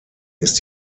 ist